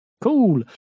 Cool